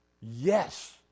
Yes